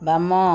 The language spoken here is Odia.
ବାମ